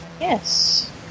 Yes